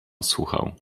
słuchał